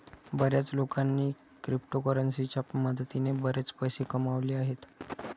बर्याच लोकांनी क्रिप्टोकरन्सीच्या मदतीने बरेच पैसे कमावले आहेत